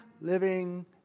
living